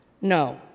No